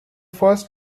first